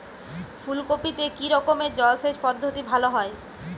ফুলকপিতে কি রকমের জলসেচ পদ্ধতি ভালো হয়?